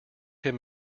him